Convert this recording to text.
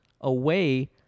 away